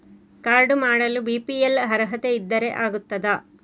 Card ಮಾಡಲು BPL ಅರ್ಹತೆ ಇದ್ದರೆ ಆಗುತ್ತದ?